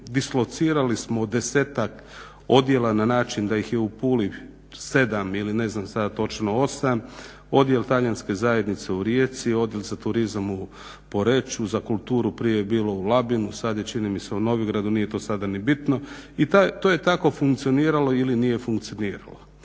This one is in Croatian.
dislocirali smo u desetak odjela na način da ih je u Puli 7 ili ne znam sada točno 8, Odjel talijanske zajednice u Rijeci, Odjel za turizam u Poreču, za kulturu prije je bilo u Labinu sad je čini mi se u Novigradu, nije to sada ni bitno. I to je tako funkcioniralo ili nije funkcioniralo.